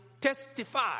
testify